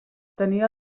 tenia